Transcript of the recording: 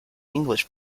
english